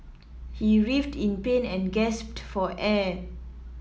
he writhed in pain and gasped for air